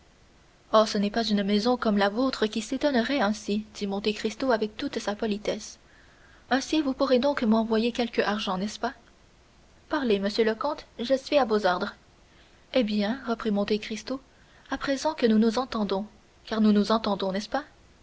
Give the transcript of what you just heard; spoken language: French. oh ce n'est pas une maison comme la vôtre qui s'étonnerait ainsi dit monte cristo avec toute sa politesse ainsi vous pourrez donc m'envoyer quelque argent n'est-ce pas parlez monsieur le comte je suis à vos ordres eh bien reprit monte cristo à présent que nous nous entendons car nous nous entendons n'est-ce pas